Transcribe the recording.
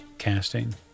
casting